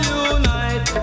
unite